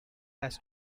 has